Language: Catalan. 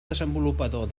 desenvolupador